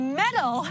medal